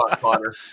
Potter